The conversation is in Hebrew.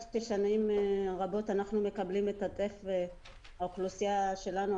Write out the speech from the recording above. ששנים רבות אנחנו מקבלים את הטף והאוכלוסייה שלנו,